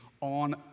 on